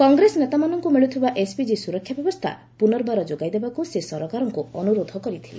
କଂଗ୍ରେସ ନେତାମାନଙ୍କୁ ମିଳୁଥିବା ଏସ୍ପିଜି ସୁରକ୍ଷା ବ୍ୟବସ୍ଥା ପୁନର୍ବାର ଯୋଗାଇ ଦେବାକୁ ସେ ସରକାରଙ୍କୁ ଅନୁରୋଧ କରିଥିଲେ